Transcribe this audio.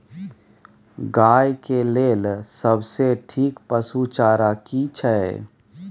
गाय के लेल सबसे ठीक पसु चारा की छै?